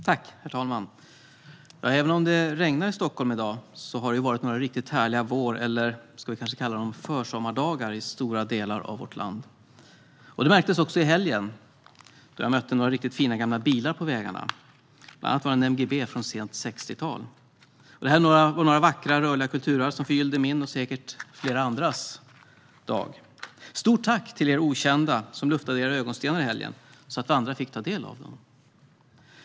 Herr talman! Även om det regnar i Stockholm i dag har det varit några riktigt härliga vårdagar - eller ska vi kanske kalla dem försommardagar - i stora delar av vårt land. Det märktes också i helgen, då jag mötte några riktigt fina gamla bilar på vägarna, bland annat en MGB från sent 60-tal. Det var några vackra rörliga kulturarv, som förgyllde min och säkert flera andras dag. Stort tack till er okända som luftade era ögonstenar i helgen, så att vi andra fick ta del av dem.